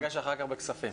ניפגש אחר כך בוועדת הכספים.